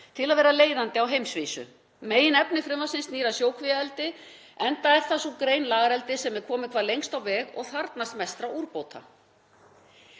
til að vera leiðandi á heimsvísu. Meginefni frumvarpsins snýr að sjókvíaeldi enda er það sú atvinnugrein sem er komin hvað lengst á veg og þarfnast mestra úrbóta.